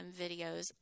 videos